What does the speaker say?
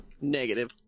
Negative